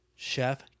chef